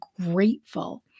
grateful